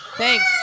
Thanks